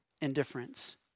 indifference